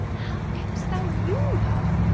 how thou woo her?